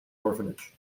orphanage